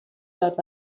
داد